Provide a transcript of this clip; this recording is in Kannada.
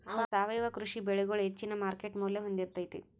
ಸಾವಯವ ಕೃಷಿ ಬೆಳಿಗೊಳ ಹೆಚ್ಚಿನ ಮಾರ್ಕೇಟ್ ಮೌಲ್ಯ ಹೊಂದಿರತೈತಿ